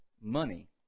money